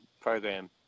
program